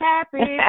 Happy